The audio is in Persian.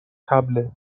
طبله